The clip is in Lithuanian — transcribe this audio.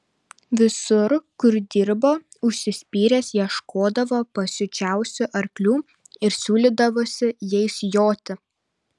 visur kur dirbo užsispyręs ieškodavo pasiučiausių arklių ir siūlydavosi jais joti